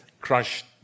crushed